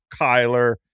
Kyler